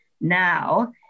now